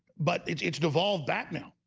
but it's it's devolved back now.